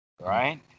right